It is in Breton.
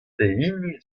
pehini